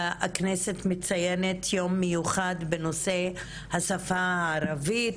הכנסת מציינת יום מיוחד בנושא השפה הערבית,